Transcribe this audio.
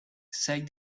said